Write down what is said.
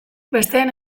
besteen